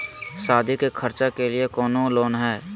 सादी के खर्चा के लिए कौनो लोन है?